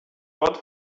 got